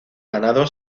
ganado